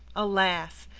alas!